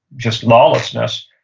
just lawlessness,